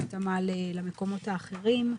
בהתאמה למקומות האחרים.